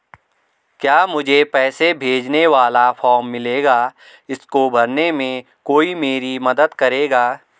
क्या मुझे पैसे भेजने वाला फॉर्म मिलेगा इसको भरने में कोई मेरी मदद करेगा?